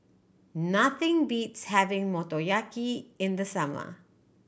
nothing beats having Motoyaki in the summer